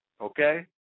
okay